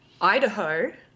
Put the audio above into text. Idaho